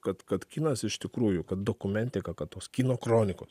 kad kad kinas iš tikrųjų kad dokumentika kad tos kino kronikos